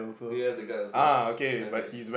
ya the guy also okay